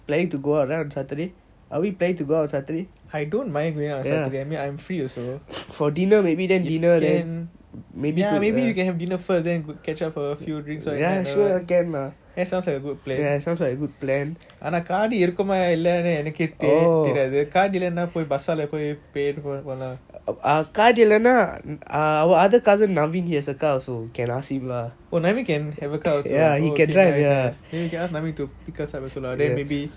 I don't mind going out on saturday I mean I'm free also ya maybe we can have dinner first like catch up over a few drinks that sounds like a good plan ஆனா காடி இருக்குமா இல்லையானு என்னக்கு தெரியாது:aana gaadi irukuma illayanu ennaku teriyathu the car இல்லனா:illana bus oh laveen can have a car also oh then we can ask laveen to pick us up also lah then maybe சாப்பிட்டு முடிக்கும் போது:saptu mudikum bothu